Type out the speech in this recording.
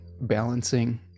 balancing